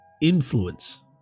influence